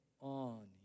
on